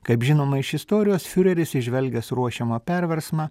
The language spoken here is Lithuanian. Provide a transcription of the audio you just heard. kaip žinoma iš istorijos fiureris įžvelgęs ruošiamą perversmą